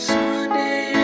Sunday